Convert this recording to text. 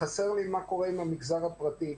חסר לי מה קורה עם המגזר הפרטי,